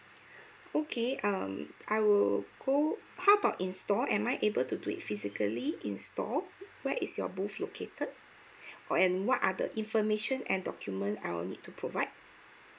okay err I would go how about in store am I able to do it physically in store where is your booth located or and what are the information and document I will need to provide